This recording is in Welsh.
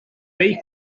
beic